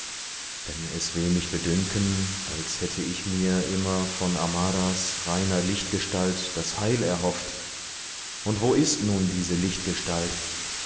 denn es will mich bedünken als hätte ich mir immer von amaras reiner lichtgestalt das heil erhofft und wo ist nun diese